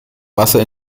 wasser